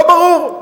לא ברור.